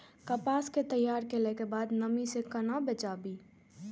कपास के तैयार कैला कै बाद नमी से केना बचाबी?